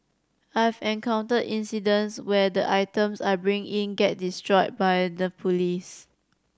I've encountered incidents where the items I bring in get destroyed by the police